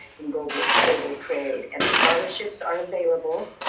and global global trade. and scholarships are available.